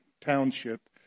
Township